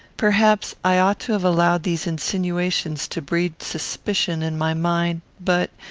perhaps i ought to have allowed these insinuations to breed suspicion in my mind but,